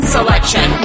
Selection